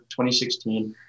2016